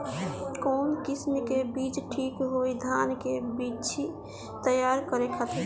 कवन किस्म के बीज ठीक होई धान के बिछी तैयार करे खातिर?